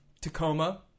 Tacoma